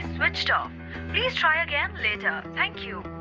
switched off please try again later. thank you